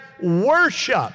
worship